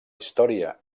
història